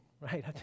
right